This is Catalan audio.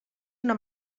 una